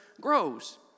grows